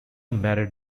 married